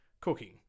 cooking